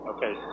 Okay